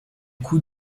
coût